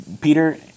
Peter